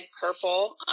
purple